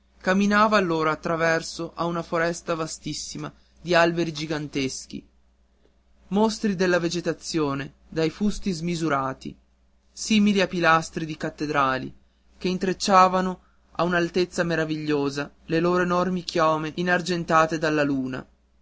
camminava allora attraverso a una foresta vastissima di alberi giganteschi mostri della vegetazione dai fusti smisurati simili a pilastri di cattedrali che intrecciavano a un'altezza meravigliosa le loro enormi chiome inargentate dalla luna